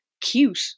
cute